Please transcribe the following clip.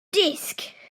desk